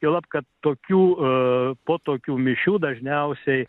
juolab kad tokių po tokių mišių dažniausiai